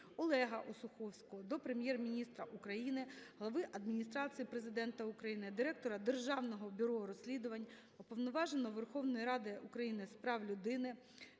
Олега Осуховського до Прем'єр-міністра України, Глави Адміністрації Президента України, директора Державного бюро розслідувань, Уповноваженого Верховної Ради України з прав людини,